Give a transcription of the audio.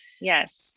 Yes